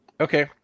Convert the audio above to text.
Okay